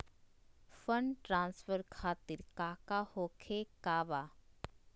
Fund transfer खातिर काका होखे का बा?